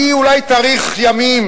היא אולי תאריך ימים,